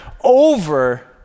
over